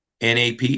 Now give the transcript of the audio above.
NAP